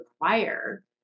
require